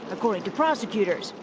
according to prosecutors.